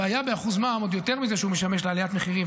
הבעיה באחוז מע"מ עוד יותר מזה שהוא משמש לעליית מחירים,